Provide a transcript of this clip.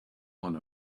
one